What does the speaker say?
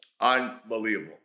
Unbelievable